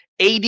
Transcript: AD